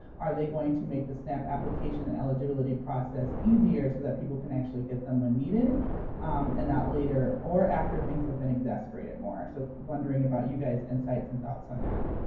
are they going to make the snap application eligibility process easier so that people can actually get them when needed and not later? or after things have been exasperated more? so wondering about you guys' insights and thoughts on that.